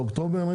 באוקטובר?